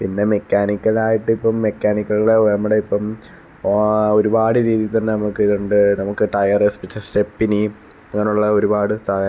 പിന്നെ മെക്കാനിക്കലായിട്ടിപ്പം മെക്കാനിക്കലിലെ നമ്മുടെ ഇപ്പം ഒരുപാട് രീതിയിൽ തന്നെ നമുക്ക് ഇതുണ്ട് നമുക്ക് ടയർ സ്വിച്ച് സ്റ്റെപ്പിനി അങ്ങനെയുള്ള ഒരുപാട് സ